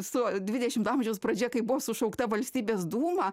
su dvidešimto amžiaus pradžia kai buvo sušaukta valstybės dūmą